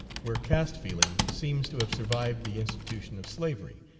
where caste-feeling seems to have survived the institution of slavery,